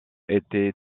était